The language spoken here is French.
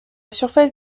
surface